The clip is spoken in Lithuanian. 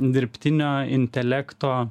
dirbtinio intelekto